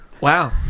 Wow